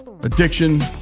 Addiction